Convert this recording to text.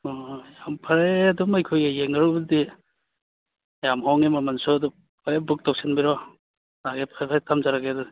ꯑꯣ ꯌꯥꯝ ꯐꯔꯦ ꯑꯗꯨꯝ ꯑꯩꯈꯣꯏꯒ ꯌꯦꯡꯅꯔꯨꯕꯗꯗꯤ ꯌꯥꯝ ꯍꯣꯡꯉꯦ ꯃꯃꯜꯁꯨ ꯑꯗꯨ ꯐꯔꯦ ꯕꯨꯛ ꯇꯧꯁꯤꯟꯕꯤꯔꯣ ꯐꯔꯦ ꯐꯔꯦ ꯊꯝꯖꯔꯒꯦ ꯑꯗꯨꯗꯤ